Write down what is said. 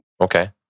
okay